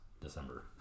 December